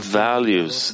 values